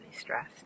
stressed